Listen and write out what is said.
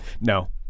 No